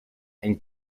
and